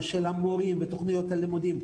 ושל המורים ותוכניות הלימודים.